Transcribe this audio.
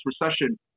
recession